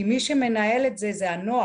כי מי שמנהל את זה הם הנוער.